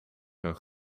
een